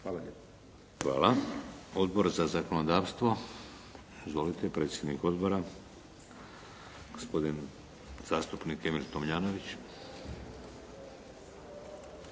Hvala. Odbor za zakonodavstvo. Izvolite. Predsjednik odbora, gospodin zastupnik Emil Tomljanović.